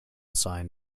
sign